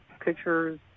pictures